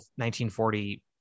1940